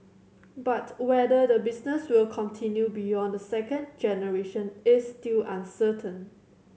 but whether the business will continue beyond the second generation is still uncertain